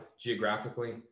Geographically